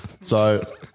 So-